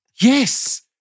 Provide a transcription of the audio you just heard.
yes